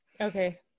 Okay